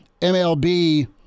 MLB